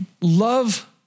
love